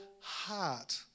heart